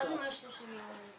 מה זה 130 יום?